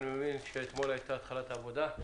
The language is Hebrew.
אני מבין שאתמול הייתה הכרעת עבודה,